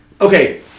okay